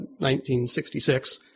1966